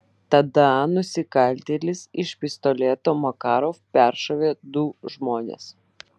tada nusikaltėlis iš pistoleto makarov peršovė du žmones